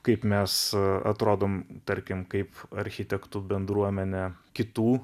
kaip mes atrodom tarkim kaip architektų bendruomenė kitų